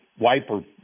wiper